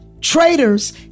traitors